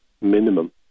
minimum